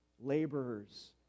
laborers